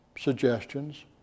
suggestions